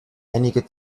einige